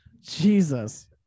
jesus